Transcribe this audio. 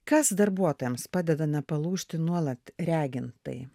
kas darbuotojams padeda nepalūžti nuolat regint tai